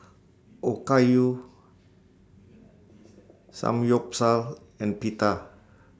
Okayu Samgyeopsal and Pita